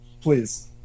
please